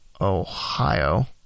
Ohio